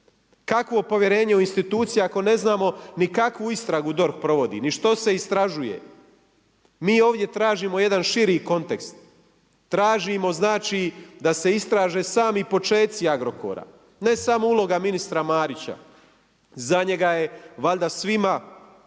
Kakvo povjerenje u institucije, ako ne znamo ni kakvu istragu DORH provodi, ni što se istražuje. Mi ovdje tražimo jedan širi kontekst. Tražimo znači da se istraže sami počeci Agrokora ne samo uloga ministra Marića. Za njega je valjda svima u